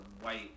white